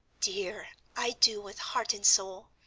dear, i do with heart and soul.